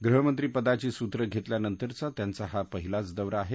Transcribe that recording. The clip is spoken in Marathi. गृहमंत्री पदाची सूत्र घेतल्यानंतरचा त्यांचा हा पहिलाच दौरा आहे